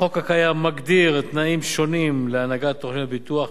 החוק הקיים מגדיר תנאים שונים להנהגת תוכניות ביטוח.